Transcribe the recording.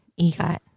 EGOT